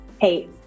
hey